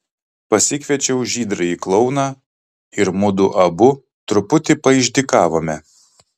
pasikviečiau žydrąjį klouną ir mudu abu truputį paišdykavome